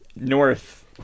north